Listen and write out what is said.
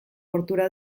portura